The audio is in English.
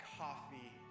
coffee